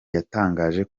yatangaje